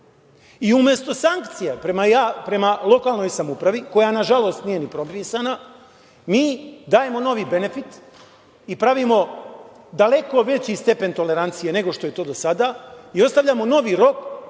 opštinu. Umesto sankcija prema lokalnoj samoupravi, koja nažalost nije ni propisana, mi dajemo novi benefit i pravimo daleko veći stepen tolerancije nego što je to do sada i ostavljamo novi rok,